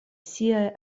siaj